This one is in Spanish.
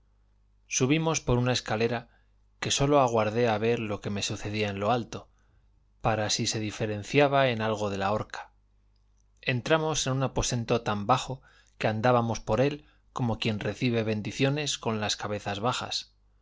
subimos por una escalera que sólo aguardé a ver lo que me sucedía en lo alto para si se diferenciaba en algo de la horca entramos en un aposento tan bajo que andábamos por él como quien recibe bendiciones con las cabezas bajas